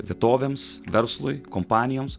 vietovėms verslui kompanijoms